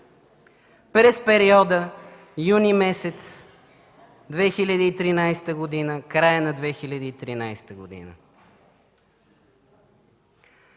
през периода месец юни 2013 г. – края на 2013 г.